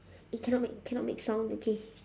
eh cannot make cannot make sound okay